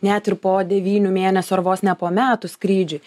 net ir po devynių mėnesių ar vos ne po metų skrydžiui